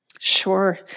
Sure